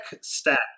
stack